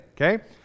Okay